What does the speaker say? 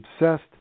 obsessed